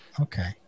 okay